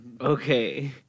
Okay